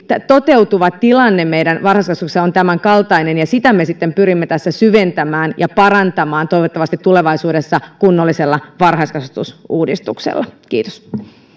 toteutuva tilanne meidän varhaiskasvatuksessamme on tämänkaltainen ja sitä me pyrimme tässä syventämään ja parantamaan toivottavasti tulevaisuudessa kunnollisella varhaiskasvatusuudistuksella kiitos